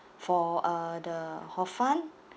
for uh the hor fun